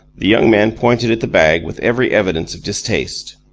the young man pointed at the bag with every evidence of distaste.